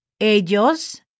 Ellos